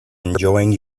enjoying